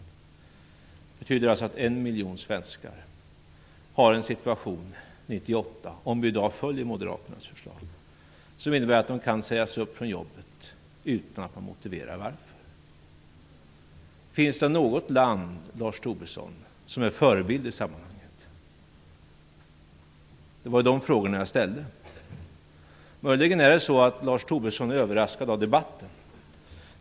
Det betyder alltså att en miljon svenskar har en situation 1998, om vi i dag följer Moderaternas förslag, som innebär att de kan sägas upp från sina jobb utan att man motiverar varför. Finns det något land som är förebild i sammanhanget, Lars Tobisson? Det var en fråga som jag ställde. Möjligen är Lars Tobisson överraskad av debatten.